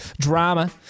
Drama